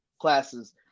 classes